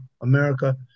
America